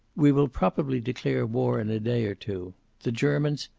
we will probably declare war in a day or two. the germans.